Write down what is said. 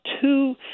two